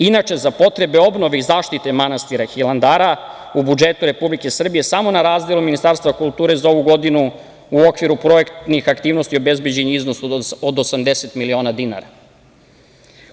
Inače, za potrebe obnove i zaštite manastira Hilandara u budžetu Republike Srbije samo na razdelu Ministarstva kulture za ovu godinu u okviru projektnih aktivnosti obezbeđen je iznos od 80.000.000.